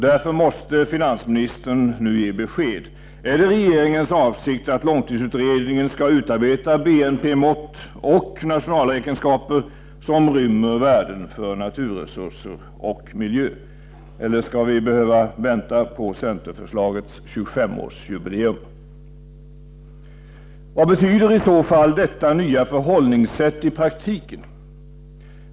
Därför måste finansministern nu ge besked. Är det regeringens avsikt att långtidsutredningen skall utarbeta BNP-mått och nationalräkenskaper som rymmer värden för naturresurser och miljö eller skall vi behöva vänta på centerförslagets 25-årsjubileum? Vad betyder, i så fall, detta nya förhållningssätt i praktiken?